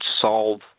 solve